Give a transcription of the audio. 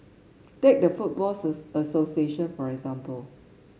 take the football association for example